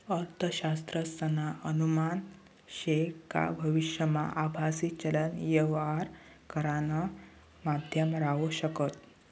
अर्थशास्त्रज्ञसना अनुमान शे का भविष्यमा आभासी चलन यवहार करानं माध्यम राहू शकस